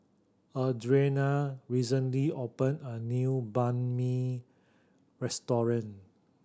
Adrianna recently opened a new Banh Mi Restaurant